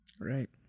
Right